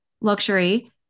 luxury